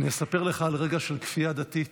אני אספר לך על רגע של כפייה דתית